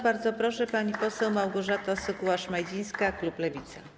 Bardzo proszę, pani poseł Małgorzata Sekuła-Szmajdzińska, klub Lewica.